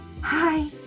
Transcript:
Hi